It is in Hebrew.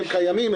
הם קיימים,